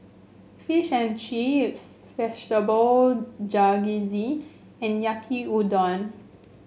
Fish and Chips Vegetable Jalfrezi and Yaki Udon